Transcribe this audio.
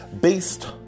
based